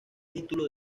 título